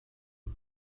rue